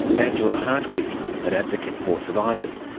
angela hartwig, an advocate for survivors,